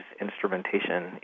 instrumentation